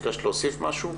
ביקשת להוסיף משהו.